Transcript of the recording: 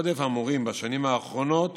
עודף המורים בשנים האחרונות